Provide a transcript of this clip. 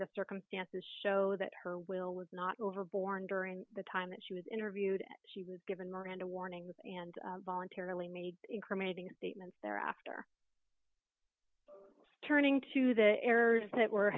the circumstances show that her will was not over born during the time that she was interviewed she was given miranda warnings and voluntarily made incriminating statements thereafter turning to the errors that were